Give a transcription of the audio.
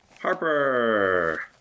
Harper